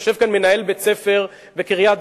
יושב כאן מנהל בית-ספר בקריית-גת,